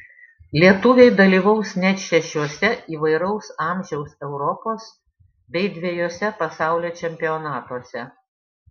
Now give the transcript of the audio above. lietuviai dalyvaus net šešiuose įvairaus amžiaus europos bei dvejuose pasaulio čempionatuose